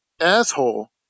asshole